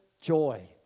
joy